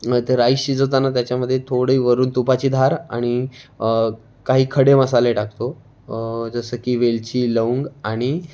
rice शिजवताना त्याच्यामध्ये थोडी वरून तुपाची धार आणि काही खडे मसाले टाकतो जसं की वेलची लवंग आणि